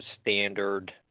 standard